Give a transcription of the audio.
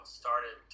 started